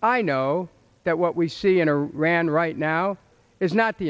i know that what we see in a rand right now is not the